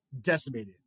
decimated